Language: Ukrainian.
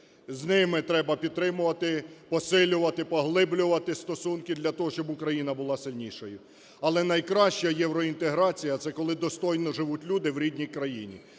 З ними треба підтримувати, посилювати, поглиблювати стосунки для того, щоб Україна була сильнішою. Але найкраща євроінтеграція – це коли достойно живуть люди в рідній країні.